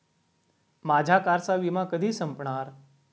माझ्या कारचा विमा कधी संपणार